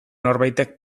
norbaitek